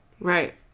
Right